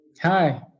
Hi